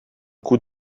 coup